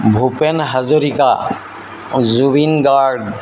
Bhupen Hazarika Zubeen Garg